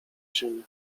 ziemię